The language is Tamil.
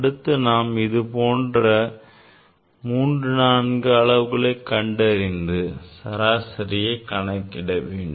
அடுத்து நாம் இதுபோன்று மூன்று நான்கு அளவுகளை கண்டறிந்து சராசரியை கணக்கிட வேண்டும்